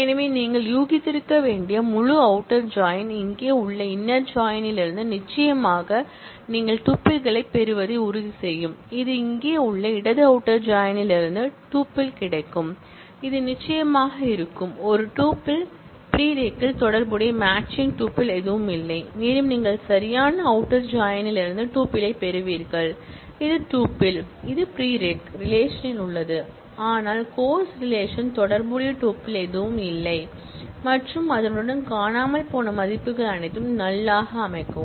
எனவே நீங்கள் யூகித்திருக்க வேண்டிய முழு அவுட்டர் ஜாயின் இங்கே உள்ள இன்னர் ஜாயின் இலிருந்து நிச்சயமாக நீங்கள் டூப்பிள்களைப் பெறுவதை உறுதி செய்யும் இது இங்கே உள்ள இடது அவுட்டர் ஜாயின் இலிருந்து டப்பிள் கிடைக்கும் இது நிச்சயமாக இருக்கும் ஒரு டூப்பிள் ப்ரீரெக்கில் தொடர்புடைய மேட்சிங் டூப்பிள் எதுவும் இல்லை மேலும் நீங்கள் சரியான அவுட்டர் ஜாயின் இலிருந்து டூப்பிளைப் பெறுவீர்கள் இது டுப்பிள் இது ப்ரீரெக் ரிலேஷன்ல் உள்ளது ஆனால் கோர்ஸ் ரிலேஷன்ல் தொடர்புடைய டூப்பிள் எதுவும் இல்லை மற்றும் அதனுடன் காணாமல் போன மதிப்புகள் அனைத்தும் நல் ஆக அமைக்கவும்